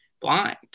blind